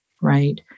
right